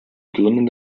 gründen